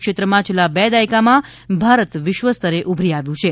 ક્ષેત્રમાં છેલ્લા બે દાયકામાં ભારત વિશ્વસ્તરે ઊભરી આવ્યું છે